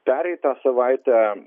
pereitą savaitę